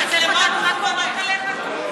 המצלמה מכוונת אליך.